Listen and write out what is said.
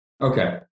Okay